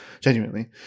genuinely